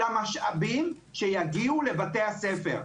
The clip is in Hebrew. אלא משאבים שיגיעו לבתי הספר.